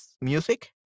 music